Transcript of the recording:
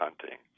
hunting